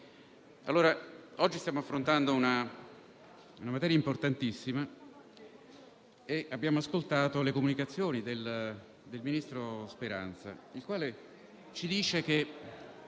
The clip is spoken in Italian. oggi stiamo affrontando una materia importantissima e abbiamo ascoltato le comunicazioni del ministro Speranza, il quale ci ha detto